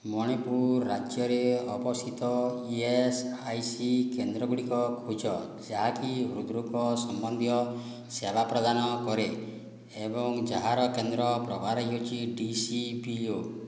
ମଣିପୁର ରାଜ୍ୟରେ ଅବସିତ E S I C କେନ୍ଦ୍ର ଗୁଡ଼ିକ ଖୋଜ ଯାହାକି ହୃଦ୍ରୋଗ ସମ୍ବନ୍ଧୀୟ ସେବା ପ୍ରଦାନ କରେ ଏବଂ ଯାହାର କେନ୍ଦ୍ର ପ୍ରକାର ହେଉଛି ଟି ସି ପି ଓ